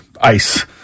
ice